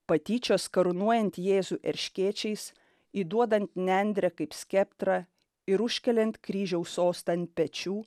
patyčios karūnuojant jėzų erškėčiais įduodant nendrę kaip skeptrą ir užkeliant kryžiaus sostą ant pečių